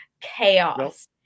chaos